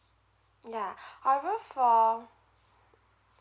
ya however for